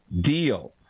deal